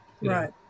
Right